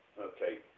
okay